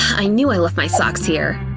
i knew i left my socks here.